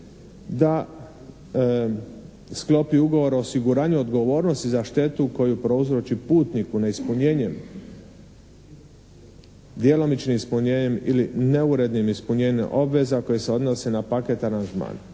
da sklopi ugovor o osiguranju odgovornosti za štetu koju prouzroči putniku neispunjenjem, djelomičnim ispunjenjem ili neurednim ispunjenjem obveza koje se odnose na paket aranžmana.